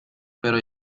pero